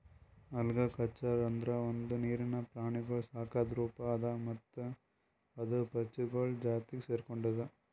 algaculture ಅಂದುರ್ ಒಂದು ನೀರಿಂದ ಪ್ರಾಣಿಗೊಳ್ ಸಾಕದ್ ರೂಪ ಅದಾ ಮತ್ತ ಅದು ಪಾಚಿಗೊಳ್ ಜಾತಿಗ್ ಸೆರ್ಕೊಂಡುದ್